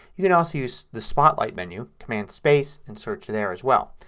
you can also use the spotlight menu, command space, and search there as well.